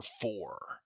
four